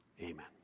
Amen